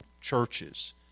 churches